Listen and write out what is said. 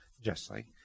justly